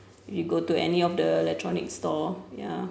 you go to any of the electronic store ya